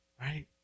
Right